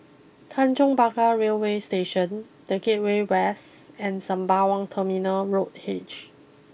Tanjong Pagar Railway Station the Gateway West and Sembawang Terminal Road H